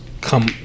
come